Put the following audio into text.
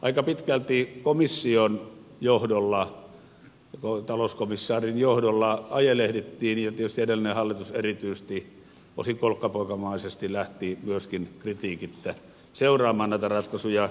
aika pitkälti komission johdolla talouskomissaarin johdolla ajelehdittiin ja tietysti erityisesti edellinen hallitus osin kolkkapoikamaisesti lähti myöskin kritiikittä seuraamaan näitä ratkaisuja